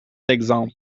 d’exemple